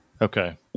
Okay